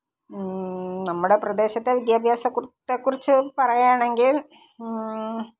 നമ്മുടെ പ്രദേശത്തെ വിദ്യാഭ്യാസത്തെ കുറിച്ച് പറയുകയാണെങ്കിൽ